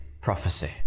prophecy